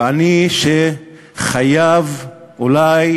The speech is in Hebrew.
ואני, שחייב אולי